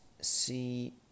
see